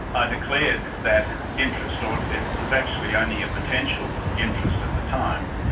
i declared that interest, or it was actually only a potential interest at the time,